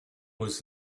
was